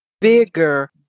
bigger